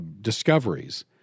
discoveries